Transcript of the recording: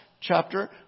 chapter